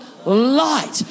Light